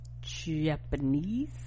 japanese